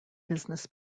business